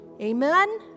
Amen